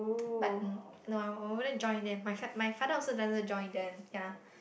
but no I I I wouldn't join them my fath~ my father also doesn't join them ya